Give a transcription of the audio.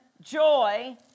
joy